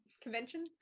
convention